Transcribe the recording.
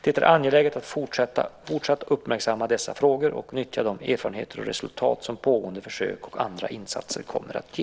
Det är angeläget att fortsatt uppmärksamma dessa frågor och nyttja de erfarenheter och resultat som pågående försök och andra insatser kommer att ge.